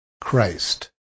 Christ